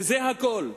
וזה הכול.